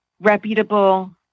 reputable